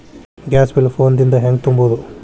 Gas bill phone ದಿಂದ ಹ್ಯಾಂಗ ತುಂಬುವುದು?